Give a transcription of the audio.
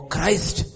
Christ